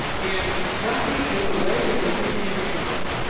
and fracking is the way that we're taking advantage of it.